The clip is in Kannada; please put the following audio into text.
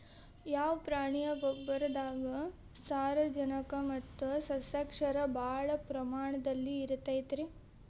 ಯಾವ ಪ್ರಾಣಿಯ ಗೊಬ್ಬರದಾಗ ಸಾರಜನಕ ಮತ್ತ ಸಸ್ಯಕ್ಷಾರ ಭಾಳ ಪ್ರಮಾಣದಲ್ಲಿ ಇರುತೈತರೇ?